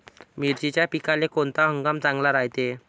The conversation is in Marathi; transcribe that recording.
मिर्चीच्या पिकाले कोनता हंगाम चांगला रायते?